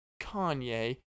Kanye